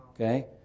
okay